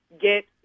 get